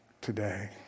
today